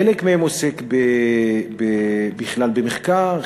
חלק מהם עוסק בכלל במחקר,